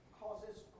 causes